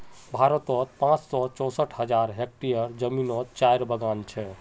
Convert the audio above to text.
भारतोत पाँच सौ चौंसठ हज़ार हेक्टयर ज़मीनोत चायेर बगान छे